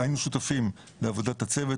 היינו שותפים לעבודת הצוות,